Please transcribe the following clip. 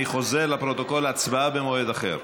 אני חוזר, לפרוטוקול: הצבעה במועד אחר.